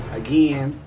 again